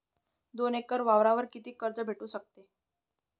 दोन एकर वावरावर कितीक कर्ज भेटू शकते?